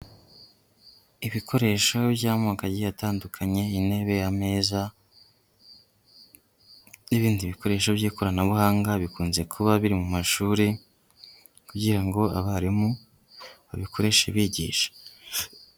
Ibikoresho by'amoko agiye atandukanye, intebe, ameza, n'ibindi bikoresho by'ikoranabuhanga, bikunze kuba biri mu mashuri kugira ngo abarimu babikoreshe bigisha.